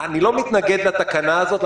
אני לא מתנגד לתקנה הזאת,